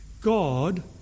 God